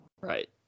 Right